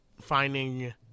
finding